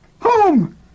Home